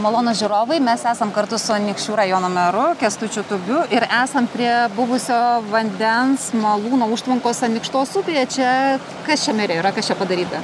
malonūs žiūrovai mes esam kartu su anykščių rajono meru kęstučiu tubiu ir esam prie buvusio vandens malūno užtvankos anykštos upėje čia kas čia mere yra kas čia padaryta